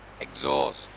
exhaust